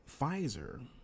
Pfizer